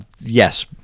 Yes